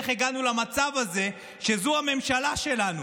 איך הגענו למצב הזה שזו הממשלה שלנו?